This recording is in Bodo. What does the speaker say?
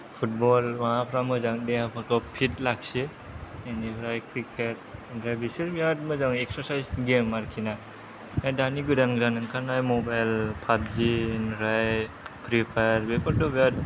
फुटबल माबाफ्रा मोजां देहाफोरखौ फिट लाखियो बिनिफ्राय क्रिकेट ओमफ्राय बिसोर बिराद मोजां एक्सारसायस गेम आरोखि ना ओमफाय दानि गोदान गोदान ओंखारनाय मबाइल फाबजि ओमफ्राय फ्रिफायार बेफोरथ' बिराद